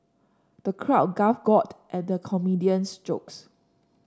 the crowd at the comedian's jokes